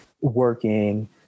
working